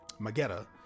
Magetta